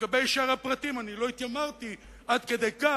לגבי שאר הפרטים אני לא התיימרתי כל כך,